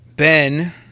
Ben